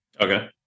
Okay